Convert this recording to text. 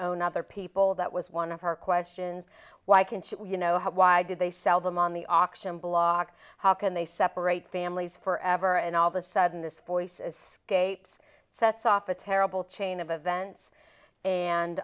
own other people that was one of her questions why can she you know why did they sell them on the auction block how can they separate families forever and all of a sudden this voice escapes sets off a terrible chain of events and